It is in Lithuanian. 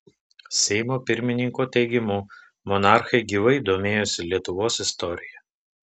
seimo pirmininko teigimu monarchai gyvai domėjosi lietuvos istorija